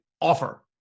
offer